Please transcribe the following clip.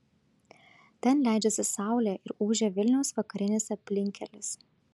ten leidžiasi saulė ir ūžia vilniaus vakarinis aplinkkelis